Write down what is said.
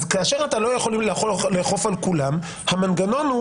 אז כאשר אתם לא יכולים לאכוף על כולם, המנגנון הוא